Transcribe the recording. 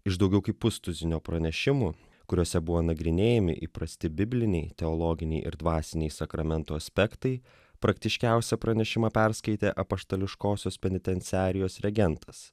iš daugiau kaip pustuzinio pranešimų kuriuose buvo nagrinėjami įprasti bibliniai teologiniai ir dvasiniai sakramento aspektai praktiškiausią pranešimą perskaitė apaštališkosios penitenciarijos regentas